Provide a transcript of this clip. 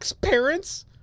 parents